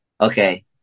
okay